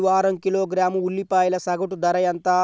ఈ వారం కిలోగ్రాము ఉల్లిపాయల సగటు ధర ఎంత?